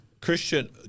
Christian